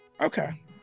okay